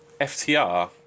ftr